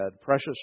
precious